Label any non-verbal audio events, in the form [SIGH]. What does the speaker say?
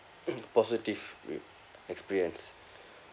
[COUGHS] positive w~ experience